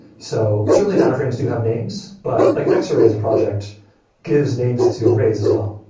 so certainly, data frames do have names, but like xarray is a project gives names to arrays as well.